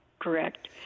Correct